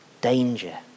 danger